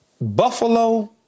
Buffalo